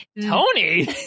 Tony